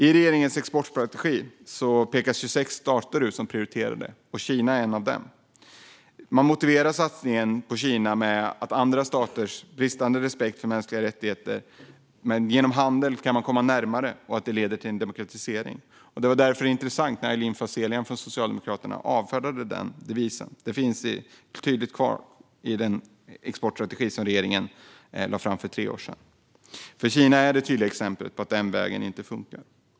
I regeringens exportstrategi pekas 26 stater ut som prioriterade, och Kina är en av dem. Man motiverar satsningen på Kina och andra stater med bristande respekt för mänskliga rättigheter med att man genom handel kan komma närmare och att det leder till demokratisering. Det var intressant när Aylin Fazelian från Socialdemokraterna avfärdade den devisen, för den finns tydligt kvar i den exportstrategi som regeringen lade fram för tre år sedan. Kina är det tydliga exemplet på att den vägen inte funkar.